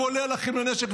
כולל אחים לנשק,